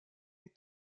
est